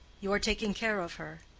you are taking care of her.